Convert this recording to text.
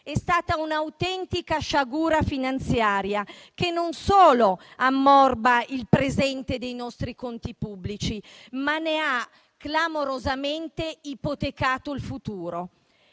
È stata un'autentica sciagura finanziaria che non solo ammorba il presente dei nostri conti pubblici, ma ne ha clamorosamente ipotecato il futuro.